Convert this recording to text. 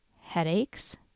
headaches